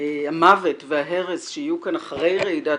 המוות וההרס שיהיו כאן אחרי רעידת